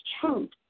truth